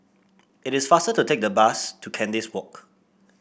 it is faster to take the bus to Kandis Walk